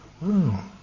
wow